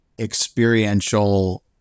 experiential